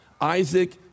Isaac